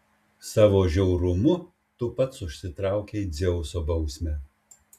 savo žiaurumu tu pats užsitraukei dzeuso bausmę